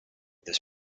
this